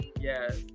yes